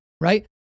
right